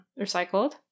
recycled